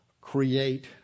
create